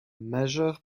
majeure